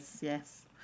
yes